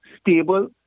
stable